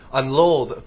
unload